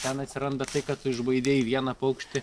ten atsiranda tai kad tu išbaidei vieną paukštį